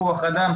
כוח אדם,